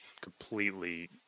completely